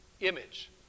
image